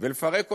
ולפרק אותו,